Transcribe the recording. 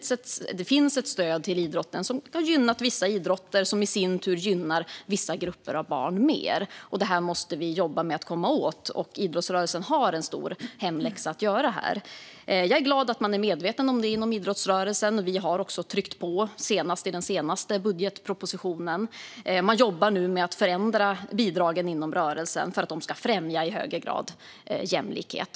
Stödet till idrotten har gynnat vissa idrotter, som i sin tur gynnar vissa grupper av barn. Detta måste vi jobba med att komma åt, och idrottsrörelsen har en stor hemläxa att göra. Jag är glad att man är medveten om detta inom idrottsrörelsen. Vi har, senast i budgetpropositionen, tryckt på. Man jobbar nu med att förändra bidragen inom rörelsen för att dessa i högre grad ska främja jämlikhet.